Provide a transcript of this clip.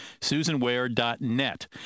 SusanWare.net